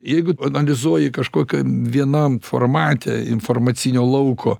jeigu analizuoji kažkokiam vienam formate informacinio lauko